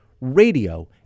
radio